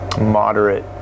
moderate